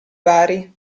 bari